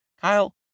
Kyle